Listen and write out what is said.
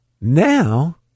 Now